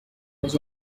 was